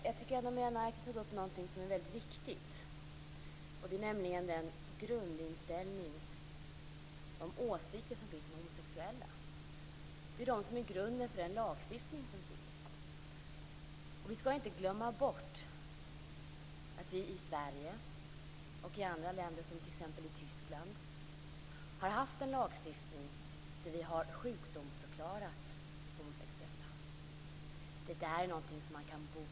Fru talman! Ana Maria Narti tog upp något som är väldigt viktigt, nämligen den grundinställning och de åsikter som finns om homosexuella. Det är detta som utgör grunden till den lagstiftning som finns. Vi ska inte glömma bort att vi i Sverige - det gäller också andra länder, t.ex. Tyskland - har haft en lagstiftning där homosexuella sjukförklarats - det där är något som man kan bota bort.